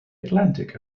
atlantic